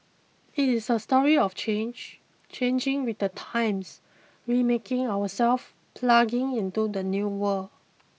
it is a story of change changing with the times remaking ourselves plugging into the new world